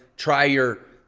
try your,